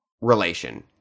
relation